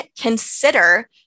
consider